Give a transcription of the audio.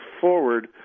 forward